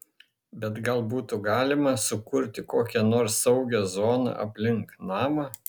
bet gal būtų galima sukurti kokią nors saugią zoną aplink namą